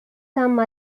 some